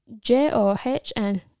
J-O-H-N